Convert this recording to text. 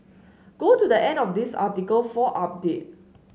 go to the end of this article for update